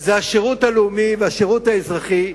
הוא השירות הלאומי והשירות האזרחי,